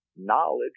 knowledge